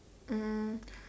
um